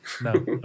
no